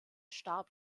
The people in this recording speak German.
starb